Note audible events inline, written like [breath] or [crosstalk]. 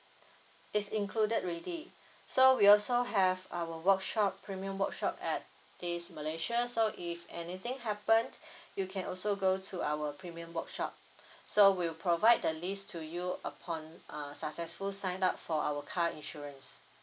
is included already so we also have our workshop premium workshop at this malaysia so if anything happen [breath] you can also go to our premium workshop so we'll provide the list to you upon uh successful sign up for our car insurance